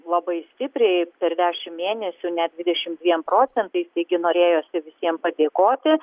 labai stipriai per dešimt mėnesių net dvidešimt dviem procentais taigi norėjosi visiem padėkoti